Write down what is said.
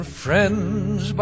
friends